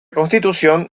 constitución